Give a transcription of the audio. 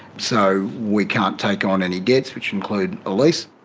so we can't take on any debts, which include a lease.